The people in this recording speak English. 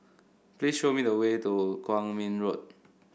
please show me the way to Kwong Min Road